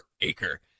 acre